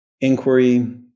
Inquiry